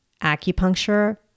acupuncture